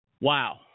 wow